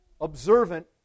observant